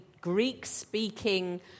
Greek-speaking